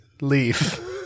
leave